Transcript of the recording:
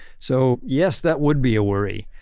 so, yes, that would be a worry.